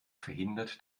verhindert